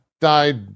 died